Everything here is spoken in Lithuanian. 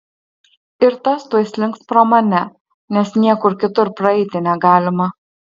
ir tas tuoj slinks pro mane nes niekur kitur praeiti negalima